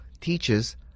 teaches